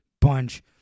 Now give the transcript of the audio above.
bunch